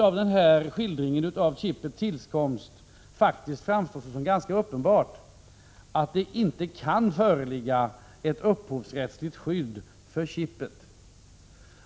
Av denna skildring av chipets tillkomst borde det faktiskt framstå som ganska uppenbart att det inte kan föreligga ett upphovsrättsligt skydd för chipet.